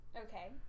Okay